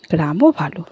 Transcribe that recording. গ্রামও ভালো